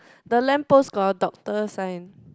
the lamp post got a doctor sign